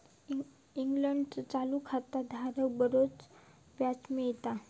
इंग्लंडचो चालू खाता धारक बरोच व्याज मिळवता